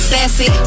Sassy